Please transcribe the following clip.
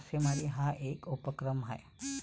मासेमारी हा एक उपक्रम आहे